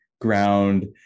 ground